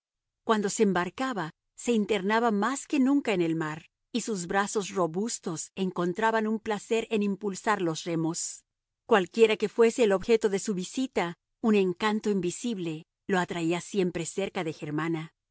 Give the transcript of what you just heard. cuando se embarcaba se internaba más que nunca en el mar y sus brazos robustos encontraban un placer en impulsar los remos cualquiera que fuese el objeto de su visita un encanto invisible lo atraía siempre cerca de germana